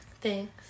Thanks